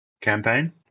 campaign